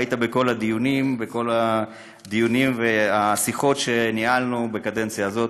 והיית בכל הדיונים והשיחות שניהלנו בקדנציה הזאת.